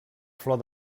flor